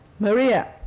Maria